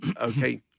okay